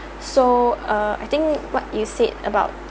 so uh I think what you said about